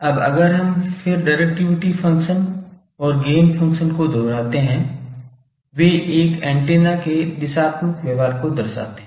अब अगर हम फिर डिरेक्टिविटी फंक्शन और गैन फंक्शन को दोहराते हैं वे एक एंटीना के दिशात्मक व्यवहार को दर्शाते हैं